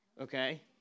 Okay